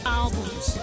albums